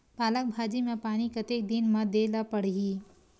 पालक भाजी म पानी कतेक दिन म देला पढ़ही?